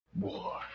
war